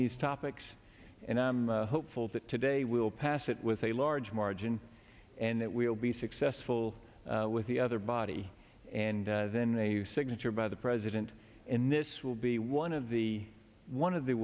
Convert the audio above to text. these topics and i'm hopeful that today will pass it with a large margin and that we'll be successful with the other body and then they use signature by the president and this will be one of the one of the